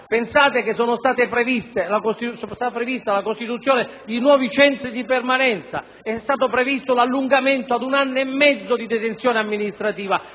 pensare che sono stati previsti la costituzione di nuovi centri di permanenza e l'allungamento ad un anno e mezzo della detenzione amministrativa.